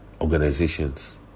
organizations